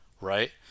right